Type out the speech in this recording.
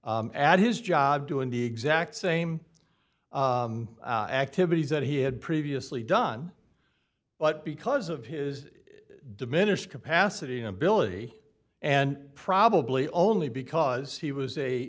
period at his job doing the exact same activities that he had previously done but because of his diminished capacity ability and probably only because he was a